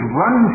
run